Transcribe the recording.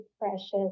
precious